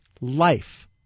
life